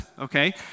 okay